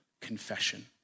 confession